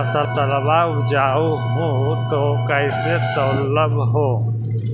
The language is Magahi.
फसलबा उपजाऊ हू तो कैसे तौउलब हो?